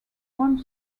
one